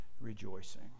rejoicing